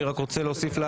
אני רק רוצה להוסיף,